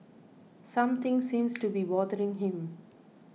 something seems to be bothering him